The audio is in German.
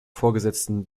vorgesetzten